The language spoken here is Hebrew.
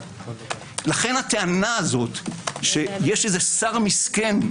לכן הטענה הזו שיש שר מסכן,